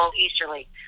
Easterly